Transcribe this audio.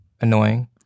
Annoying